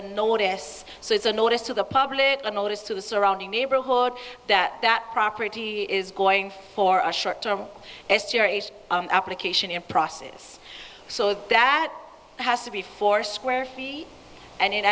a notice so it's a notice to the public a notice to the surrounding neighborhood that that property is going for a short term estuaries application in process so that has to be four square feet and